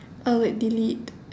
I would delete